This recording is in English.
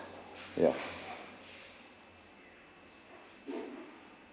ya